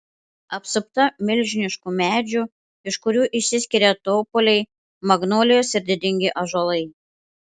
apsupta milžiniškų medžių iš kurių išsiskiria topoliai magnolijos ir didingi ąžuolai